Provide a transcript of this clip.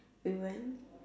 we went